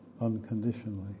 unconditionally